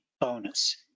bonus